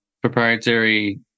proprietary